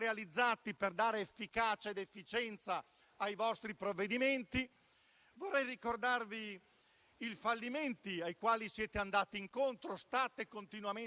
Vogliamo procedere con un'altra presa in giro delle nostre imprese. Ci ricordiamo tutti quando avete introdotto il credito sanificazioni.